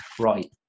right